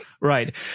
right